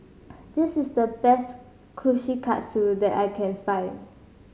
this is the best Kushikatsu that I can find